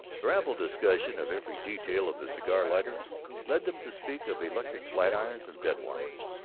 their ample discussion of every detail of the cigar-lighter led them to speak of electric flat-irons and bed-warmers.